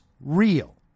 real